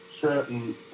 certain